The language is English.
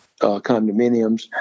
condominiums